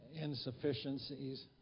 insufficiencies